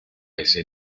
ese